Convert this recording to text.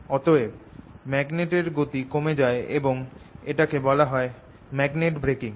অতএব ম্যাগনেট এর গতি কমে যায় এবং এটাকে বলা হয় ম্যাগনেট ব্রেকিং